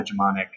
hegemonic